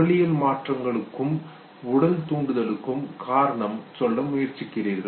உடலியல் மாற்றங்களுக்கும் உடல் தூண்டுதலுக்கும் காரணம் சொல்ல முயற்சிக்கிறீர்கள்